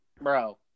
bro